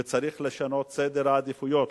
וצריך לשנות את סדר העדיפויות.